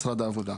משרד העבודה.